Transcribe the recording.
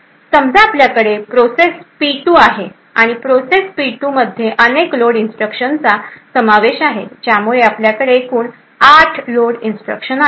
समजा आपल्याकडे process P २ आहे आणि या प्रोसेस पी २ मध्ये अनेक लोड इन्स्ट्रक्शनचा समावेश आहे ज्यामुळे आपल्याकडे एकूण आठ लोड इन्स्ट्रक्शन आहेत